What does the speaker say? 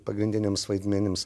pagrindiniams vaidmenims